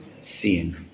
seeing